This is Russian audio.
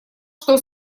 что